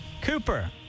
Cooper